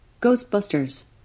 ghostbusters